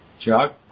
Chuck